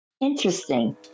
Interesting